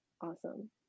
awesome